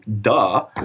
duh